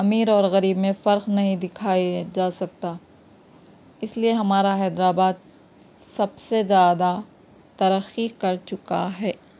امیر اور غریب میں فرق نہیں دکھائی جا سکتا اس لیے ہمارا حیدر آباد سب سے زیادہ ترقی کر چکا ہے